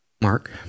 Mark